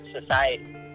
society